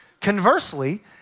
Conversely